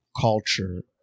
culture